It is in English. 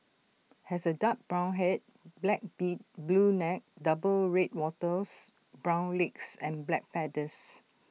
has A dark brown Head black beak blue neck double red wattles brown legs and black feathers